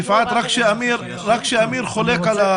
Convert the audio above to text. יפעת, אמיר חולק עליך.